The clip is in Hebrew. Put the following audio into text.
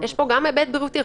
יש פה גם היבט בריאותי.